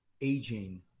aging